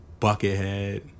Buckethead